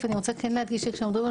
ואני כן רוצה להדגיש שכשמדברים על